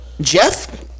Jeff